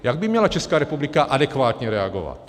Jak by měla Česká republika adekvátně reagovat?